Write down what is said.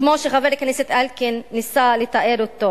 כמו שחבר הכנסת אלקין ניסה לתאר אותו.